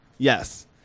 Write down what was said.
Yes